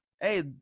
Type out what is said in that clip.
Hey